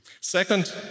Second